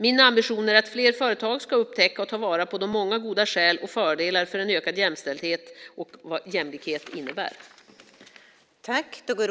Min ambition är att fler företag ska upptäcka och ta vara på de många goda skäl och fördelar en ökad jämställdhet och jämlikhet innebär.